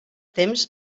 temps